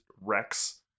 Rex